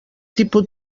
tipus